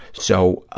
so, ah